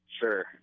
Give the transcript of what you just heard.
Sure